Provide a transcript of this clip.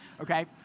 Okay